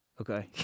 okay